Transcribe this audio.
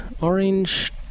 orange